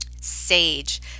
Sage